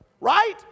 right